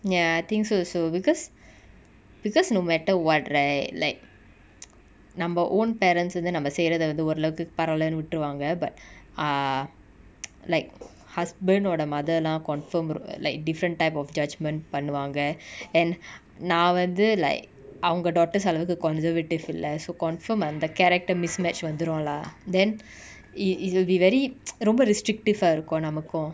ya I think so also because because no matter what right like நம்ம:namma own parents வந்து நம்ம செய்றத வந்து ஒரளவுக்கு பரவாலன்னு விட்டுருவாங்க:vanthu namma seiratha vanthu oralavuku paravalanu vitturuvanga but ah like husband or the mother lah confirm like different type of judgment பன்னுவாங்க:pannuvaanga and நா வந்து:na vanthu like அவங்க:avanga daughters அளவுக்கு:alavuku conservative இல்ல:illa so confirmed அந்த:antha character mismatched வந்துரு:vanthuru lah then e~ is it will be very ரொம்ப:romba restrictive ah இருக்கு நமக்கு:iruku namaku